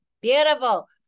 beautiful